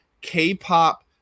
K-pop